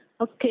Okay